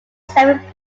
serving